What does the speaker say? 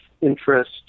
interest